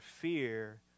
fear